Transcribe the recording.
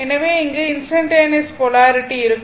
எனவே இங்கு instantaneous polarity இருக்கும்